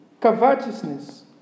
covetousness